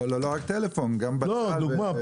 לא רק טלפון גם בכלל.